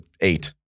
eight